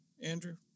Andrew